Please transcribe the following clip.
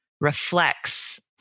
reflects